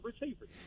receivers